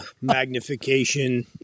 magnification